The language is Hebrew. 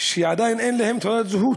שעדיין אין להם תעודת זהות.